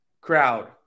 crowd